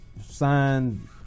signed